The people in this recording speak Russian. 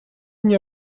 мне